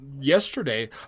yesterday